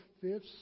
fifth